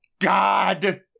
God